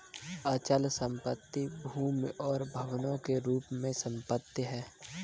अचल संपत्ति भूमि और भवनों के रूप में संपत्ति है